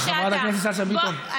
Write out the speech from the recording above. חברת הכנסת שאשא ביטון.